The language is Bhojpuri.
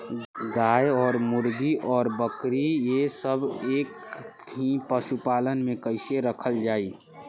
गाय और मुर्गी और बकरी ये सब के एक ही पशुपालन में कइसे रखल जाई?